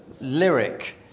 lyric